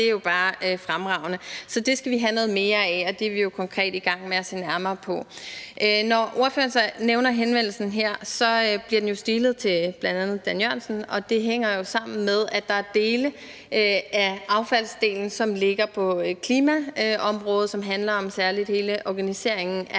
det er jo bare fremragende. Så det skal vi have noget mere af, og det er vi jo konkret i gang med at se nærmere på. Når ordføreren så nævner henvendelsen her, kan jeg jo sige, at den bliver stilet til bl.a. klima-, energi- og forsyningsminister Dan Jørgensen, og det hænger jo sammen med, at der er dele af affaldsområdet, som ligger på klimaområdet, og som særlig handler om hele organiseringen af